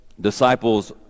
disciples